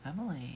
Emily